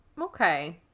Okay